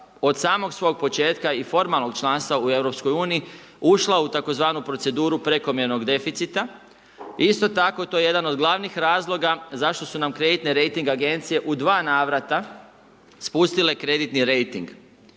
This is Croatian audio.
od samog svog početka i formalnog članstva u EU ušla u tzv. proceduru prekomjernog deficita, isto tako to je jedan od glavnih razloga zašto su nam kreditne rejting agencije u 2 navrata spustile kreditni rejting.